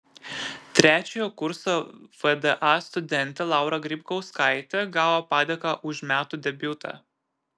trečiojo kurso vda studentė laura grybkauskaitė gavo padėką už metų debiutą